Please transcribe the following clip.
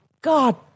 God